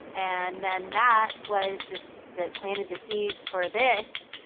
and then that was this that planted the seeds for this,